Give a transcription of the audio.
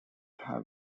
have